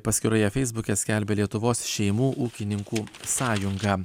paskyroje feisbuke skelbia lietuvos šeimų ūkininkų sąjunga